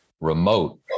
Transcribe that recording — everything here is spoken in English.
remote